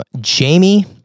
Jamie